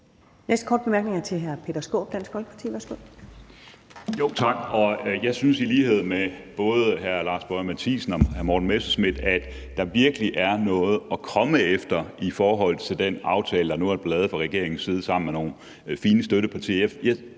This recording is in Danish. Næste korte bemærkning er til hr. Peter Skaarup, Dansk Folkeparti. Værsgo. Kl. 13:51 Peter Skaarup (DF): Tak. Jeg synes i lighed med både hr. Lars Boje Mathiesen og hr. Morten Messerschmidt, at der virkelig er noget at komme efter i forhold til den aftale, der nu er blevet lavet fra regeringens side sammen med nogle fine støttepartier.